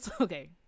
okay